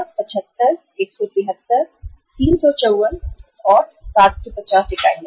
112 75 173 354 750 इकाइयाँ हैं